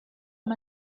amb